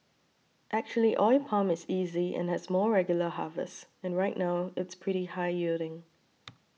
actually oil palm is easy and has more regular harvests and right now it's pretty high yielding